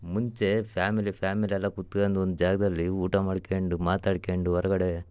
ಮುಂಚೆ family family ಎಲ್ಲ ಕುತ್ಕಂಡ್ ಒಂದು ಜಾಗದಲ್ಲಿ ಊಟ ಮಾಡ್ಕಂಡು ಮಾತಾಡ್ಕಂಡು ಹೊರಗಡೆ